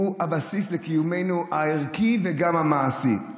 היא הבסיס לקיומנו הערכי וגם המעשי.